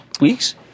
weeks